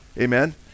amen